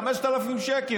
5,000 שקל,